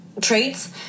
traits